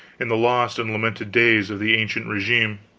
in the lost and lamented days of the ancient regime.